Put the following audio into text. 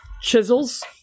Chisels